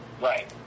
right